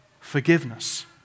forgiveness